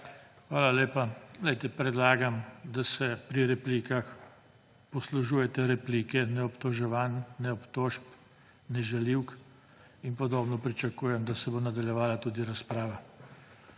Hvala lepa. Glejte, predlagam, da se pri replikah poslužujete replike, ne obtoževanj, ne obtožb, ne žaljivk. In podobno pričakujem, da se bo nadaljevala tudi razprava.